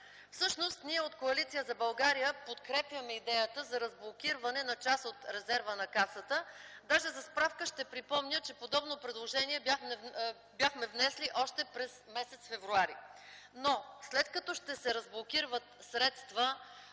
Всъщност ние от Коалиция за България подкрепяме идеята за разблокиране на част от резерва на Касата, даже за справка ще припомня, че подобно предложение бяхме внесли още през м. февруари. Но, след като ще се разблокират средства